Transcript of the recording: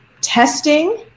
testing